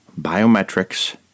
biometrics